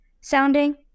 sounding